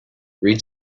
read